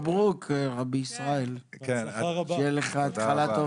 מברוכ, רבי ישראל, שתהיה לך התחלה טובה.